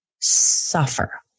suffer